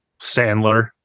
sandler